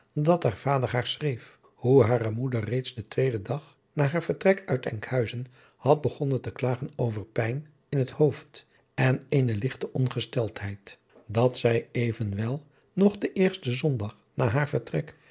dat haar vader haar schreef hoe hare moeder reeds den tweeden dag na haar vertrek uit enkhuizen had begonnen te klagen over pijn in het hoofd en eene ligte ongesteldheid dat zij evenwel nog den eersten zondag na haar vertrek